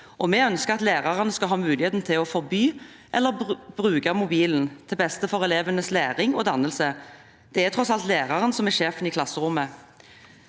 vi ønsker at lærerne skal ha muligheten til å forby eller bruke mobilen til beste for elevenes læring og dannelse. Det er tross alt læreren som er sjefen i klasserommet.